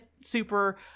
super